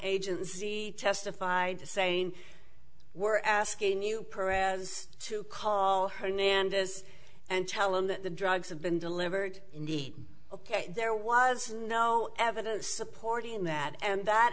agency testified to saying we're asking you to call her name and this and tell him that the drugs have been delivered indeed ok there was no evidence supporting that and that